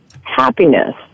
happiness